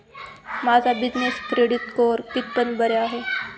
माझा business credit score कितपत बरा आहे?